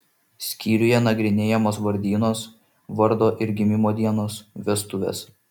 skyriuje nagrinėjamos vardynos vardo ir gimimo dienos vestuvės